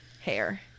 Hair